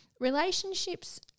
Relationships